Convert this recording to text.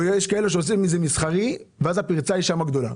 יש כאלה שעושים את זה מסחרי ואז הפרצה שם גדולה.